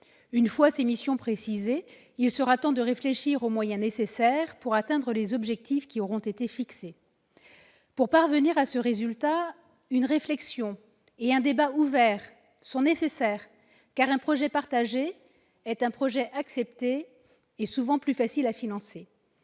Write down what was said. Une fois ces missions précisées, il sera temps de réfléchir aux moyens nécessaires pour atteindre les objectifs qui auront été fixés. Pour parvenir à ce résultat, une réflexion et un débat ouvert sont nécessaires. Un projet partagé est en effet un projet accepté et, souvent, plus facile à financer.